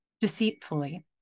Deceitfully